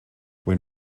when